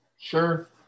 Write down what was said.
Sure